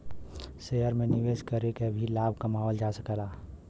share में निवेश करके भी लाभ कमावल जा सकला